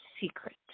secret